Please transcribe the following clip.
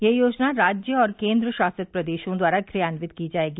यह योजना राज्य और केन्द्र शासित प्रदेशों द्वारा क्रियान्वित की जायेगी